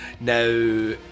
Now